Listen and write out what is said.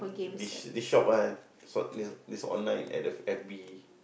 bis~ this shop one ah is online at the F_B